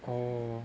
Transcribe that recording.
oh